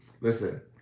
Listen